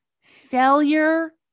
Failure